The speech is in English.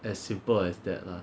as simple as that lah